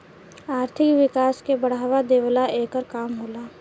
आर्थिक विकास के बढ़ावा देवेला एकर काम होला